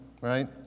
right